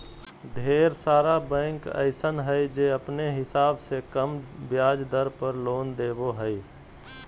ढेर सारा बैंक अइसन हय जे अपने हिसाब से कम ब्याज दर पर लोन देबो हय